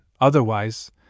otherwise